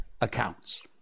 accounts